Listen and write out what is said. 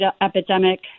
epidemic